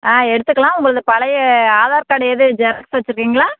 ஆ எடுத்துக்கலாம் உங்களுது பழைய ஆதார் கார்டு எதுவும் ஜெராக்ஸ் வச்சுருக்கீங்களா